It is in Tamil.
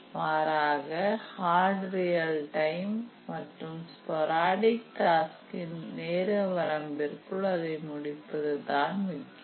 மாறாக ஹார்ட் ரியல் டைம் மற்றும் ஸ்பொராடிக் டாஸ்க் இன் நேரவரம்பிற்குள் அதை முடிப்பது தான் முக்கியம்